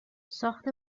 ساخت